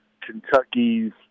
Kentucky's